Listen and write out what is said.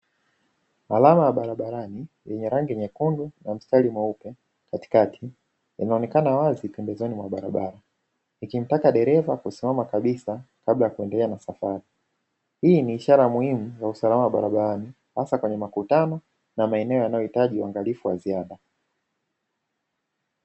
Alama ya barabarani yenye rangi nyekundu na mstari mweupe katikati, inaonekana wazi pembezoni mwa barabara, ikimtaka dereva kusimama kabisa kabla ya kuendelea na safari. Hii ni ishara muhimu ya usalama barabarani hasa kweye makutano na maeneo yanayohitaji uangalifu wa ziada.